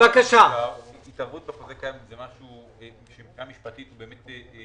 בחוזה קיים - זו סמכות מאוד חריגה.